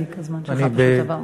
הזמן שלך עבר.